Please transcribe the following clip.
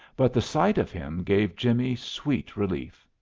but the sight of him gave jimmie sweet relief.